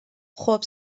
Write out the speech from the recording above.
خوب